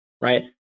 right